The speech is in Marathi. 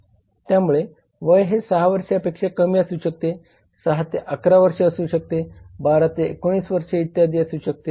त्यामुळे वय हे 6 वर्षापेक्षा कमी असू शकते 6 ते 11 वर्षे असू शकते 12 ते 19 वर्षे इत्यादी असू शकते